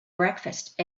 breakfast